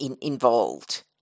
involved